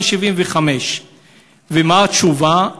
בן 75. ומה התשובה?